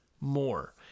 more